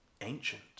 ancient